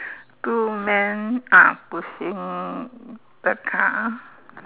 two man are pushing the car